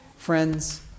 Friends